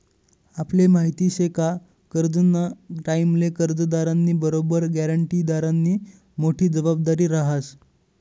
आपले माहिती शे का करजंना टाईमले कर्जदारनी बरोबर ग्यारंटीदारनी मोठी जबाबदारी रहास